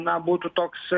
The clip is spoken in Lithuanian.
na būtų toks